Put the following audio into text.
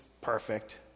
perfect